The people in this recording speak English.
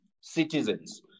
citizens